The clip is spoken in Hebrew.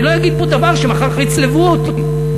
אני לא אגיד פה דבר שמחר יצלבו אותי.